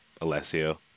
Alessio